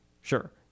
Sure